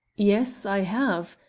yes, i have.